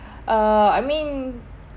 uh I mean